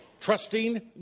Trusting